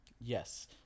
yes